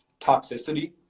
toxicity